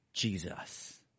Jesus